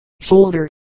shoulder